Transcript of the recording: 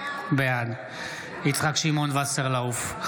בעד יצחק שמעון וסרלאוף,